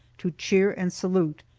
to cheer and salute,